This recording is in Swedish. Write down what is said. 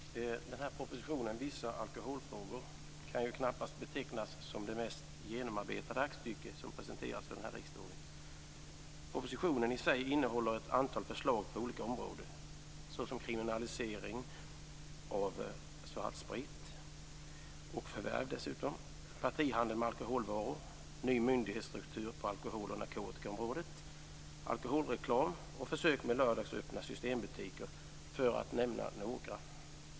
Herr talman! Den här propositionen, Vissa alkoholfrågor, kan knappast betecknas som det mest genomarbetade aktstycke som presenterats för riksdagen. Propositionen i sig innehåller ett antal förslag på olika områden, t.ex. kriminalisering av förvärv av svartsprit, partihandel med alkoholvaror, ny myndighetsstruktur på alkohol och narkotikaområdet, alkoholreklam och försök med lördagsöppna systembutiker för att nämna några.